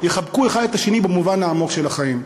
יחבקו אחד את השני במובן העמוק של החיים.